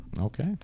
Okay